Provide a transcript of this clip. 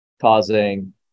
causing